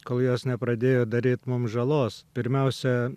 kol jos nepradėjo daryt mum žalos pirmiausia